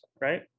right